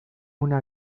una